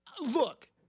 Look